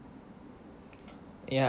ya